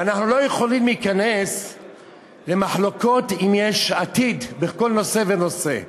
ואנחנו לא יכולים להיכנס למחלוקות עם יש עתיד בכל נושא ונושא.